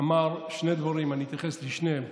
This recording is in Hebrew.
אמר שני דברים, אני אתייחס לשניהם.